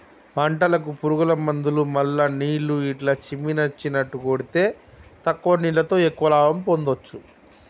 పంటలకు పురుగుల మందులు మల్ల నీళ్లు ఇట్లా చిమ్మిచినట్టు కొడితే తక్కువ నీళ్లతో ఎక్కువ లాభం పొందొచ్చు